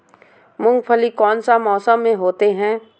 मूंगफली कौन सा मौसम में होते हैं?